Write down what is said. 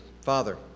Father